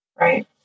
Right